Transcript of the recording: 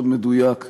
מאוד מדויק,